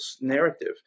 narrative